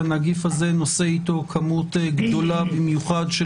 שהנגיף הזה נושא איתו כמות גדולה במיוחד של